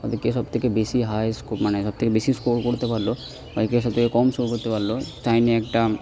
অর্থাৎ কে সবথেকে বেশি হায়েস্ট স্কো মানে সবথেকে বেশি স্কোর করতে পারল কে সব থেকে কম স্কোর করতে পারল তাই নিয়ে একটা